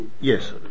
Yes